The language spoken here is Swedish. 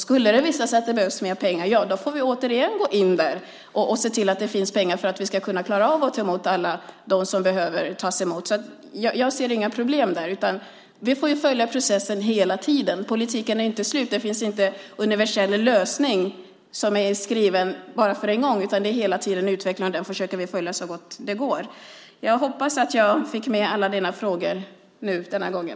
Skulle det visa sig att det behövs mer pengar får vi återigen gå in med mer pengar och se till att vi kan ta emot alla som behöver tas emot. Jag ser inga problem där, utan vi får följa processen hela tiden. Politiken är inte slut, och det finns ingen universell lösning en gång för alla. Det här utvecklas hela tiden, och vi försöker följa med så gott det går. Jag hoppas att jag fick med alla dina frågor den här gången.